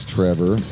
Trevor